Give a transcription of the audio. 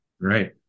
Right